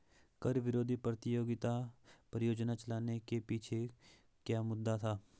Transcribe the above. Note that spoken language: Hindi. कर विरोधी प्रतियोगिता परियोजना चलाने के पीछे क्या मुद्दा था?